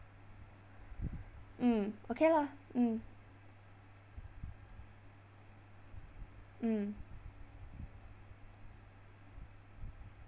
mm okay lah mm mm